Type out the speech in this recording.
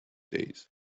days